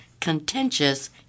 contentious